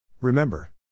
Remember